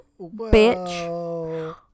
bitch